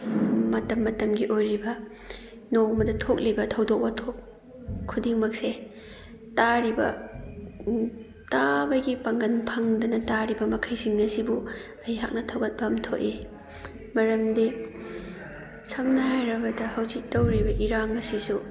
ꯃꯇꯝ ꯃꯇꯝꯒꯤ ꯑꯣꯏꯔꯤꯕ ꯅꯣꯡꯃꯗ ꯊꯣꯛꯂꯤꯕ ꯊꯧꯗꯣꯛ ꯋꯥꯊꯣꯛ ꯈꯨꯗꯤꯡꯃꯛꯁꯦ ꯇꯥꯔꯤꯕ ꯇꯥꯕꯒꯤ ꯄꯥꯡꯒꯜ ꯐꯪꯗꯅ ꯇꯥꯔꯤꯕ ꯃꯈꯩꯁꯤꯡ ꯑꯁꯤꯕꯨ ꯑꯩꯍꯥꯛꯅ ꯊꯧꯒꯠꯐꯝ ꯊꯣꯛꯏ ꯃꯔꯝꯗꯤ ꯁꯝꯅ ꯍꯥꯏꯔꯕꯗ ꯍꯧꯖꯤꯛ ꯇꯧꯔꯤꯕ ꯏꯔꯥꯡ ꯑꯁꯤꯁꯨ